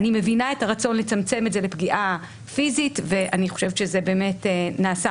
אני מבינה את הרצון לצמצם את זה לפגיעה פיזית ואני חושבת שזה באמת נעשה